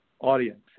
audience